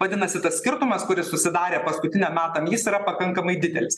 vadinasi tas skirtumas kuris susidarė paskutiniam metam jis yra pakankamai didelis